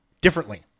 differently